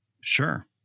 Sure